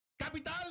Capital